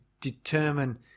determine